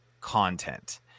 content